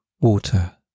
Water